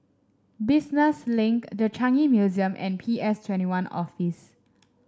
Business Link The Changi Museum and P S Twenty One Office